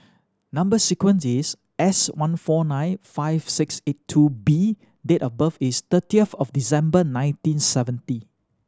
number sequence is S one four nine five six eight two B date of birth is thirtieth of December nineteen seventy